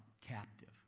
captive